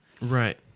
Right